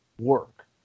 work